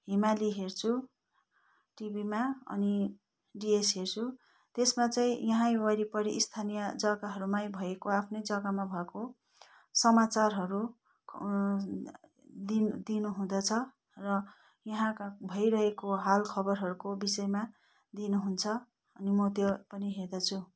हिमाली हेर्छु टिभीमा अनि डिएस हेर्छु त्यसमा चाहिँ यहीँ वरिपरि स्थानीय जग्गाहरूमै भएको आफ्नै जग्गामा भएको समाचारहरू दिन् दिनु हुँदछ र यहाँका भइरहेको हाल खबरहरूको विषयमा दिनु हुन्छ अनि म त्यो पनि हेर्दछु